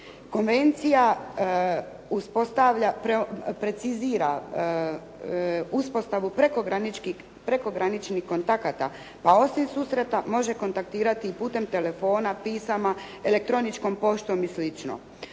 uspostavlja, precizira uspostavu prekograničnih kontakata, a osim susreta može kontaktirati i putem telefona, pisama, elektroničkom poštom i